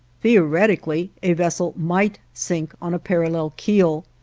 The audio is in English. theoretically a vessel might sink on a parallel keel,